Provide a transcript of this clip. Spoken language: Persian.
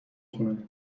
خونه